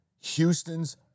Houston's